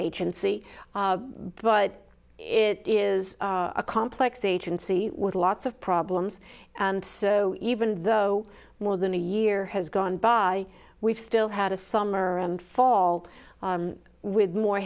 agency but it is a complex agency with lots of problems and so even though more than a year has gone by we've still had a summer and fall with more